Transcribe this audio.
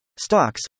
stocks